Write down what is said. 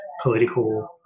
Political